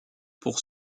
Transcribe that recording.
pour